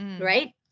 right